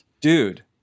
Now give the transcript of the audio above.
dude